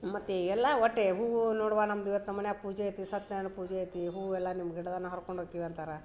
ಮತ್ತು ಎಲ್ಲ ಒಟ್ಟು ಹೂವು ನೋಡವ್ವ ನಮ್ದು ಇವತ್ತು ನಮ್ಮ ಮನಿಯಾಗ ಪೂಜೆ ಐತಿ ಸತ್ಯನಾರಾಯ್ಣ ಪೂಜೆ ಐತಿ ಹೂ ಎಲ್ಲ ನಿಮ್ಮ ಗಿಡದನ ಹರ್ಕೊಂಡು ಹೋಕೀವಿ ಅಂತಾರೆ